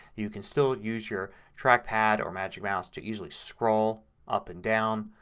you can still use your trackpad or magic mouse to easily scroll up and down.